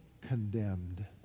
condemned